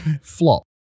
Flop